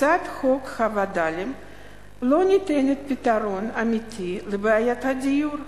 הצעת חוק הווד”לים לא נותנת פתרון אמיתי לבעיית הדיור.